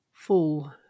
full